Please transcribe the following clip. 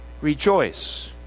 Rejoice